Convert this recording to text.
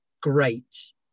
great